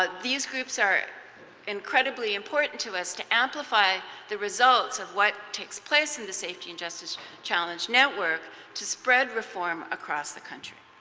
ah these groups are incredibly important to us to amplify the results of what takes place in the safety and justice challenge network to spread reform across the country.